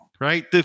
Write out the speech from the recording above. right